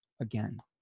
again